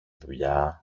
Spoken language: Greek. δουλειά